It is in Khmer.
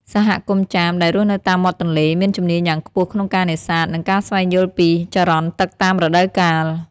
សហគមន៍ចាមដែលរស់នៅតាមមាត់ទន្លេ មានជំនាញយ៉ាងខ្ពស់ក្នុងការនេសាទ និងការស្វែងយល់ពីចរន្តទឹកតាមរដូវកាល។